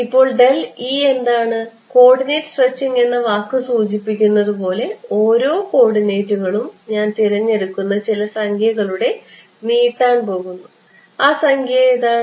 ഇപ്പോൾ എന്താണ് coordinate stretching എന്ന വാക്ക് സൂചിപ്പിക്കുന്നത് പോലെ ഓരോ കോർഡിനേറ്റുകളും ഞാൻ തിരഞ്ഞെടുക്കുന്ന ചില സംഖ്യകളിലൂടെ നീട്ടാൻ പോകുന്നു ആ സംഖ്യ എന്താണ്